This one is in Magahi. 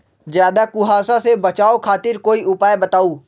ज्यादा कुहासा से बचाव खातिर कोई उपाय बताऊ?